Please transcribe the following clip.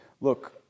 look